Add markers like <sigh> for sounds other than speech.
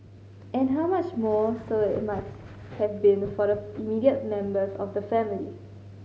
and how much more so it must have been for the <unintelligible> immediate members of the family